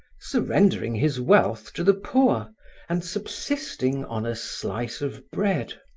surrendering his wealth to the poor and subsisting on a slice of bread.